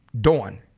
Dawn